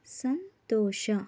ಸಂತೋಷ